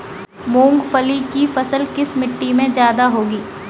मूंगफली की फसल किस मिट्टी में ज्यादा होगी?